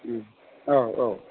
औ औ